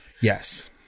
yes